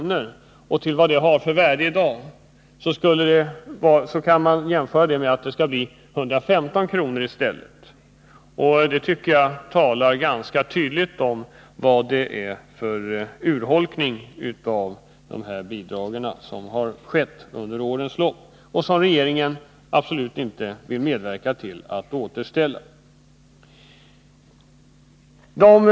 med det värde som det har i dag, så kommer man fram till ett belopp på 115 kr. Det tycker jag ganska tydligt talar om vad det är för urholkning av de här bidragen som har skett under årens lopp. Men regeringen vill absolut inte medverka till att återställa värdet.